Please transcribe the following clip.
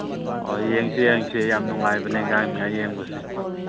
ꯍꯣꯏ ꯌꯦꯡꯁꯤ ꯌꯦꯡꯁꯤ ꯌꯥꯝ ꯅꯨꯡꯉꯥꯏꯕꯅꯦ ꯒꯥꯡꯉꯥꯏ ꯌꯦꯡꯕꯁꯦ